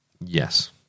Yes